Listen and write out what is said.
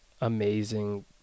amazing